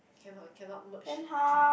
cannot you cannot merge